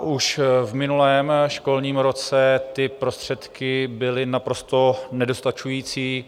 Už v minulém školním roce ty prostředky byly naprosto nedostačující.